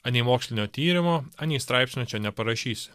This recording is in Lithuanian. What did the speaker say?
anei mokslinio tyrimo anei straipsnio čia neparašysi